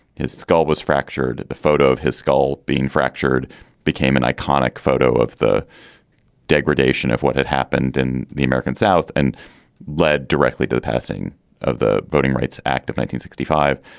his skull was fractured. the photo of his skull being fractured became an iconic photo of the degradation of what had happened in the american south and led directly to the passing of the voting rights act of one sixty five.